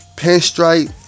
pinstripe